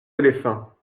éléphants